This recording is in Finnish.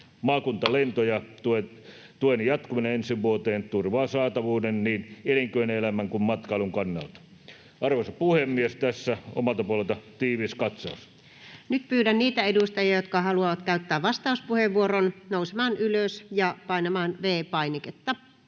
koputtaa] tuen jatkuminen ensi vuoteen turvaa saatavuuden niin elinkeinoelämän kuin matkailun kannalta. Arvoisa puhemies! Tässä omalta puoleltani tiivis katsaus. Nyt pyydän niitä edustajia, jotka haluavat käyttää vastauspuheenvuoron, nousemaan ylös ja painamaan V-painiketta.